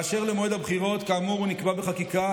באשר למועד הבחירות, כאמור, הוא נקבע בחקיקה.